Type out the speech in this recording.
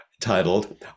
titled